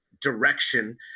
direction